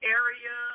area